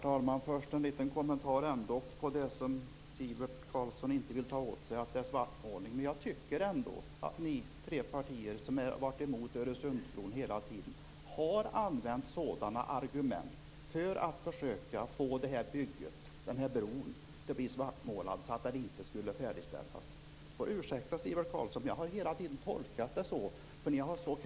Herr talman! Jag vill först kommentera svartmålningen, som Sivert Carlsson inte vill erkänna. Jag anser dock att de tre partier som hela tiden varit emot Öresundsbron har använt sådana svartmålande argument i sina försök att stoppa bygget, så att bron inte skulle färdigställas. Sivert Carlsson får ursäkta, men det är min tolkning.